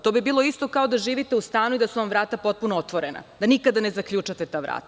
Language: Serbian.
To bi bilo isto kao da živite u stanu i da su vam vrata potpuno otvorena, da nikada ne zaključate ta vrata.